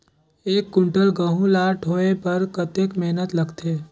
एक कुंटल गहूं ला ढोए बर कतेक मेहनत लगथे?